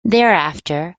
thereafter